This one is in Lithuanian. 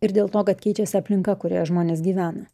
ir dėl to kad keičiasi aplinka kurioje žmonės gyvena